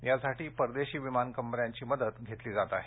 यासाठी परदेशी विमान कंपन्यांची मदत घेतली जात आहे